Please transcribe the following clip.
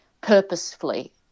purposefully